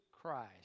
Christ